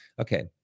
okay